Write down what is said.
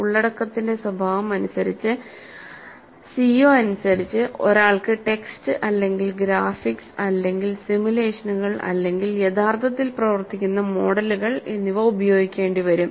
ഉള്ളടക്കത്തിന്റെ സ്വഭാവമനുസരിച്ച് സിഒ അനുസരിച്ച് ഒരാൾക്ക് ടെക്സ്റ്റ് അല്ലെങ്കിൽ ഗ്രാഫിക്സ് അല്ലെങ്കിൽ സിമുലേഷനുകൾ അല്ലെങ്കിൽ യഥാർത്ഥത്തിൽ പ്രവർത്തിക്കുന്ന മോഡലുകൾ ഉപയോഗിക്കേണ്ടി വരും